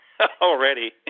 already